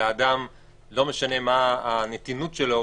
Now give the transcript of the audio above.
ולא משנה מה הנתינות שלו,